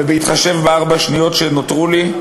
ובהתחשב בארבע השניות שנותרו לי,